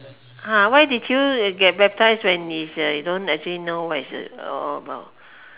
!huh! why did you get baptized when is uh you don't actually know what is it all about